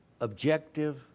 objective